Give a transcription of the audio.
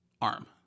arm